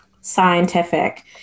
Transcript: scientific